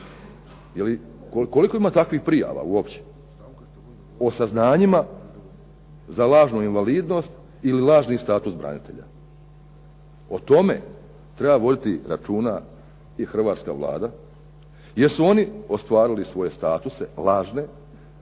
Koliko ima takvih prijava uopće? O saznanjima za lažnu invalidnost ili lažni status branitelja? O tome treba voditi računa i hrvatska Vlada jer su oni ostvarili svoje statuse lažne